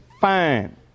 fine